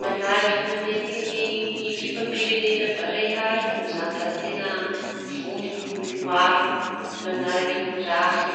Manahaky mañenty ny ekipa pireneny barea iñy da teña vory ny olo maro manaraky ny raha iñy.